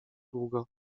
długo